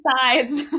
sides